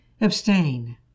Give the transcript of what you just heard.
abstain